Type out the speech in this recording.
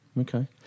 okay